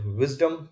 wisdom